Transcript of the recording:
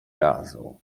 razu